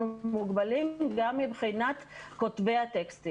אנחנו מוגבלים גם מבחינת כותבי הטקסטים.